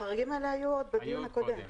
החריגים האלה היו עוד בדיון הקודם.